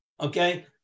okay